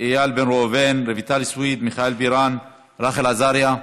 איל בן ראובן, רויטל סויד, מיכל בירן, רחל עזריה,